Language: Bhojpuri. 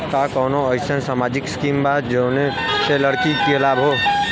का कौनौ अईसन सामाजिक स्किम बा जौने से लड़की के लाभ हो?